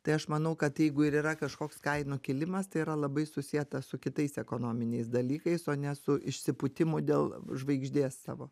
tai aš manau kad jeigu ir yra kažkoks kainų kilimas tai yra labai susietas su kitais ekonominiais dalykais o ne su išsipūtimu dėl žvaigždės savo